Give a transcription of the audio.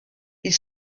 ils